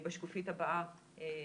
בשקופית הבאה,